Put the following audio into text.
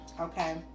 okay